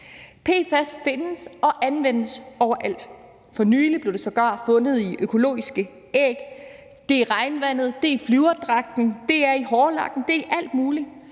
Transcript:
PFAS findes og anvendes overalt. For nylig blev det sågar fundet i økologiske æg. Det er i regnvandet, det er i flyverdragten, det er i hårlakken, og det er i alt muligt.